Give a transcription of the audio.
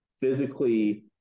physically